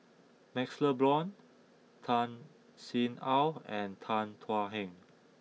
Maxle Blond Tan Sin Aun and Tan Thuan Heng